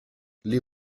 les